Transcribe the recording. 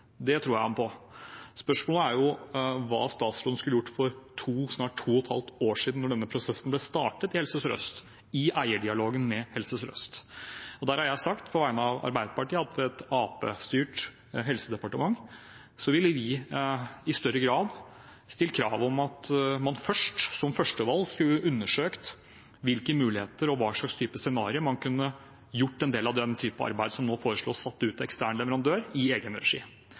Det tror jeg ham på. Spørsmålet er hva statsråden skulle gjort for snart to og et halvt år siden – da denne prosessen ble startet i Helse Sør-Øst – i eierdialogen med Helse Sør-Øst. Der har jeg sagt, på vegne av Arbeiderpartiet, at i et arbeiderpartistyrt helsedepartement ville vi i større grad stilt krav om at man først, som førstevalg, skulle undersøkt hvilke muligheter og hva slags type scenario man har, om man kunne gjort en del av den typen arbeid som nå foreslås satt ut til ekstern leverandør, i egen regi.